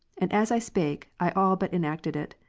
and as i spake, i all but enacted it.